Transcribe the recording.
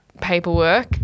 paperwork